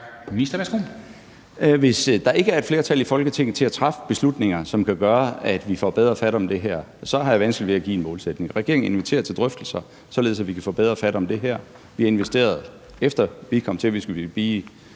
Hvis der ikke er et flertal i Folketinget til at træffe beslutninger, som kan gøre, at vi får bedre fat om det her, så har jeg vanskeligt ved at give en målsætning. Regeringen inviterer til drøftelser, således at vi kan få bedre fat om det her. Vi har, efter vi kom til – hvis